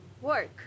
Work